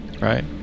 right